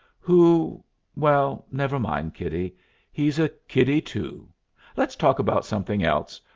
who well, never mind, kiddie he's a kiddie, too let's talk about something else,